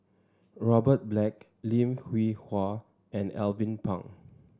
Robert Black Lim Hwee Hua and Alvin Pang